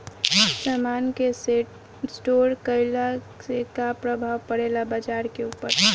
समान के स्टोर काइला से का प्रभाव परे ला बाजार के ऊपर?